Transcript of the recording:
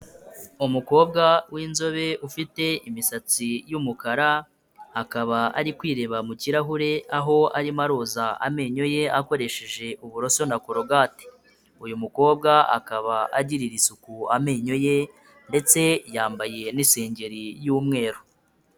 Umukobwa w'inzobe ufite imisatsi y'umukara, akaba ari kwireba mu kirahure aho arimo aroza amenyo ye akoresheje uburoso na korogate. Uyu mukobwa akaba agirira isuku amenyo ye ndetse yambaye n'isengeri y'umweru.